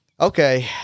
okay